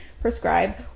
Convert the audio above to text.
prescribe